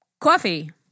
Coffee